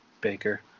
Baker